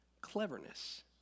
cleverness